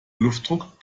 luftdruck